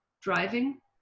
driving